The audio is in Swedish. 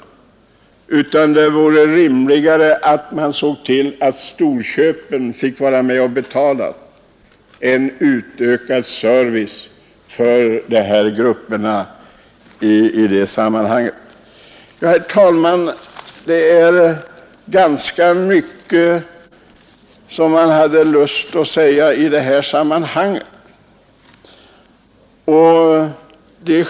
Det vore rimligare att man såg till att storköpen i stället fick vara med och betala en utökad service för dessa grupper. Herr talman! Det finns ganska mycket som jag har lust att säga i det här sammanhanget.